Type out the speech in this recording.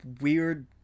weird